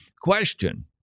Question